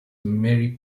merry